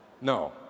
No